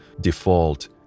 default